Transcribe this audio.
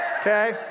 Okay